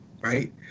right